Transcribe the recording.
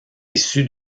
issu